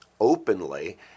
openly